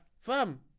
Fam